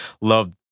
loved